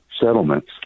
settlements